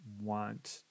want